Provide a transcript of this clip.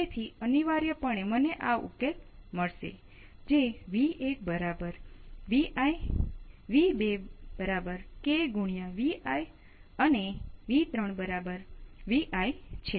તેમાં સંતુષ્ટ KVL છે